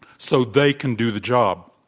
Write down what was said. so they can do the job,